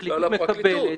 פרקליטות מקבלת